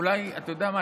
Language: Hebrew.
אולי, אתה יודע מה?